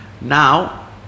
Now